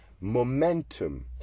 momentum